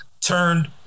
turned